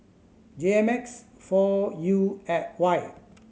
J M X four U Y